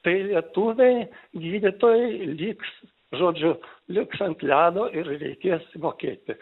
tai lietuviai gydytojai liks žodžiu liks ant ledo ir reikės mokėti